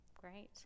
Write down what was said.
Great